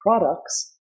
products